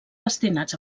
destinats